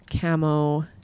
camo